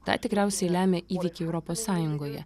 tą tikriausiai lemia įvykiai europos sąjungoje